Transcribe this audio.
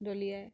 ডলীয়াই